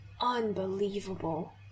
Unbelievable